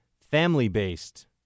family-based